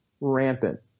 rampant